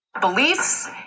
beliefs